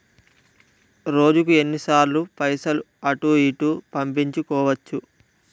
రోజుకు ఎన్ని సార్లు పైసలు అటూ ఇటూ పంపించుకోవచ్చు?